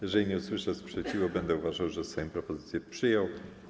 Jeżeli nie usłyszę sprzeciwu, będę uważał, że Sejm propozycję przyjął.